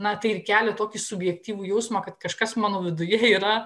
na tai ir kelia tokį subjektyvų jausmą kad kažkas mano viduje yra